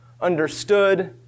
understood